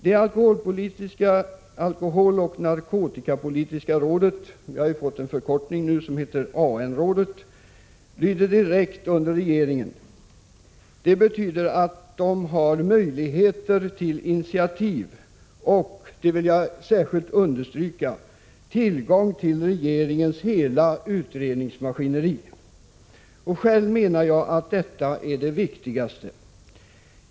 Det alkoholoch narkotikapolitiska rådet — det har nu fått förkortningen AN-rådet — lyder direkt under regeringen. Det betyder att det har möjligheter till initiativ och — det vill jag särskilt understryka — tillgång till regeringens hela utredningsmaskineri. Själv menar jag att detta är det viktigaste.